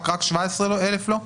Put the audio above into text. רק 17,000 לא?